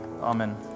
Amen